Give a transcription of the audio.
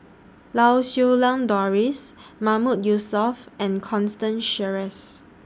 Lau Siew Lang Doris Mahmood Yusof and Constance Sheares